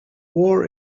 war